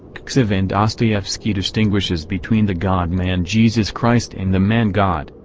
cxciv and dostoyevsky distinguishes between the god-man jesus christ and the man-god,